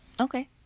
Okay